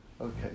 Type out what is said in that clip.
Okay